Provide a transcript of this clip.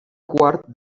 quart